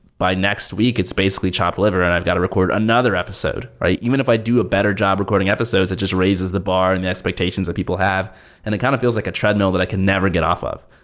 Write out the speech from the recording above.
by next week it's basically a chopped litter and i've got to record another episode, right? even if i do a better job recording episodes, it just raises the bar and the expectations that people have and that kind of feels like a treadmill that i can never get off of.